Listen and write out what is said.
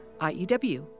IEW